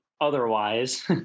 otherwise